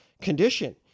condition